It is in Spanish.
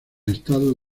estado